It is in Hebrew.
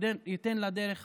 ייתן לדרך הזאת,